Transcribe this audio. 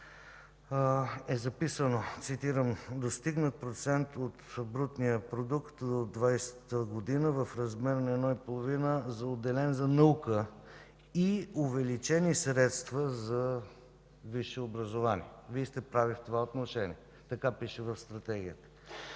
е записано, цитирам: „Достигнат процент от брутния продукт до 2020 г. в размер на 1,5, отделен за наука, и увеличени средства за висше образование”. Вие сте права в това отношение – така пише в Стратегията.